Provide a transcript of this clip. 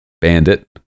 Bandit